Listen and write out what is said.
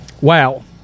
Wow